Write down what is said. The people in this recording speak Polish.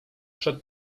przed